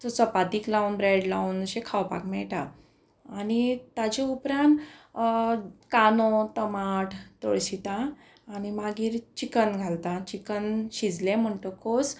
so चपातीक लावन bread लावन अशें खावपाक मेळटा आनी ताजे उपरांत कांदो टमाट तळशिता आनी मागीर चिकन घालता चिकन शिजलें म्हणटकूच